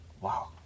Wow